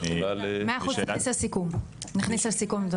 מאה אחוז, נכניס לסיכום.